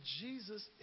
Jesus